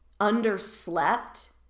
underslept